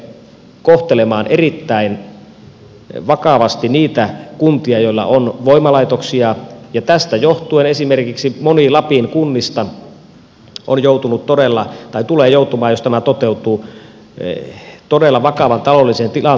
tämä tulee kohtelemaan erittäin vakavasti niitä kuntia joilla on voimalaitoksia ja tästä johtuen esimerkiksi moni lapin kunnista on joutunut tai tulee joutumaan jos tämä toteutuu todella vakavan taloudellisen tilanteen eteen